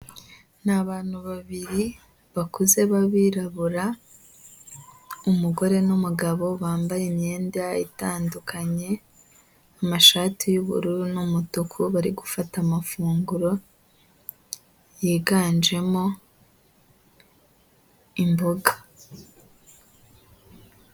Ni abantu babiri bakuze b'abirabura, umugore n'umugabo bambaye imyenda itandukanye, amashati y'ubururu n'umutuku bari gufata amafunguro yiganjemo imboga.